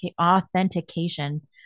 authentication